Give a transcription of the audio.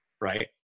right